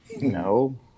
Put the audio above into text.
No